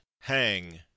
hang